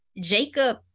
Jacob-